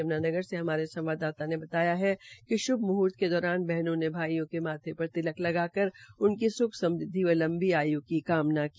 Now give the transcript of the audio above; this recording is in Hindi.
यमुनानगर से हमारे संवाददाता ने बताया है कि शुभ मुहर्त के दौरान बहनों ने भाईयों के माथे पर तिलक लगाकर उनकी सुख समृदवि व लंबी आय् का कामना की